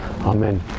Amen